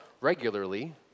regularly